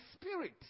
Spirit